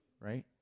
right